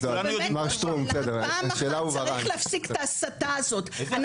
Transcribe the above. כי פעם אחת צריך להפסיק את ההסתה הזאת -- מר שטרום השאלה הובהרה.